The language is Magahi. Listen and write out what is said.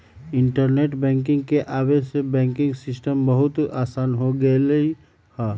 इंटरनेट बैंकिंग के आवे से बैंकिंग सिस्टम बहुत आसान हो गेलई ह